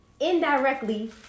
indirectly